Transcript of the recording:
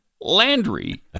Landry